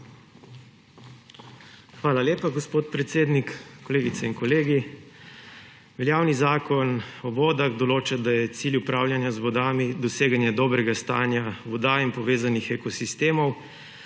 Hvala lepa, gospod predsednik. Kolegice in kolegi! Veljavni zakon o vodah določa, da je cilj upravljanja z vodami doseganje dobrega stanja voda in povezanih ekosistemov,